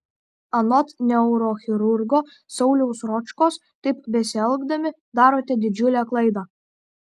anot neurochirurgo sauliaus ročkos taip besielgdami darote didžiulę klaidą